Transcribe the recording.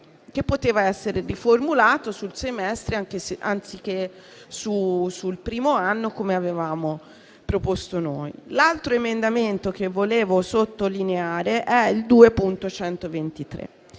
che poteva essere riformulato sul semestre, anziché sul primo anno, come avevamo proposto noi. L'altro emendamento che vorrei sottolineare è il 2.123,